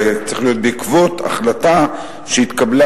זה צריך להיות: בעקבות החלטה שהתקבלה